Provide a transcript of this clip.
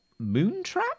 Moontrap